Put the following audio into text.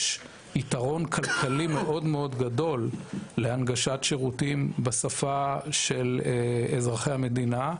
יש יתרון כלכלי מאוד מאוד גדול להנגשת שירותים בשפה של אזרחי המדינה,